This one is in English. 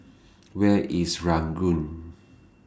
Where IS Ranggung